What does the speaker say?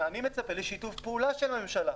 ואני מצפה לשיתוף פעולה של הממשלה,